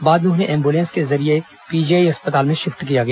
बाद में उन्हें एंबुलेंस के जरिये पीजीआई अस्पताल में शिफ्ट किया गया